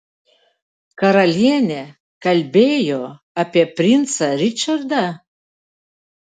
karalienė kalbėjo apie princą ričardą